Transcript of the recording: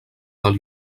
del